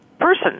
person